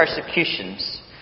persecutions